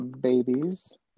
babies